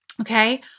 okay